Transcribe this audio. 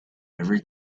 every